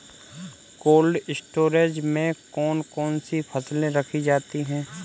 Cold storage में कौन कौन सी फसलें रखी जाती हैं?